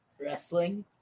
Wrestling